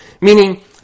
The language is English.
Meaning